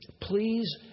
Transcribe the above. Please